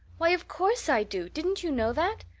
why, of course i do. didn't you know that?